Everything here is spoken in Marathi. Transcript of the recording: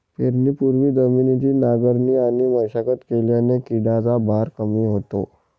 पेरणीपूर्वी जमिनीची नांगरणी आणि मशागत केल्याने किडीचा भार कमी होतो